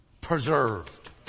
preserved